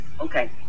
Okay